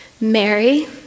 Mary